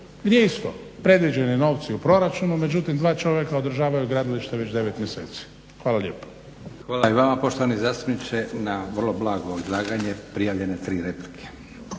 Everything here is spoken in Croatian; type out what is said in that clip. gdje isto predviđeni novci u proračunu, međutim dva čovjeka održavaju gradilište već 9 mjeseci. Hvala lijepo. **Leko, Josip (SDP)** Hvala i vama poštovani zastupniče. Na vrlo blago izlaganje prijavljene tri replike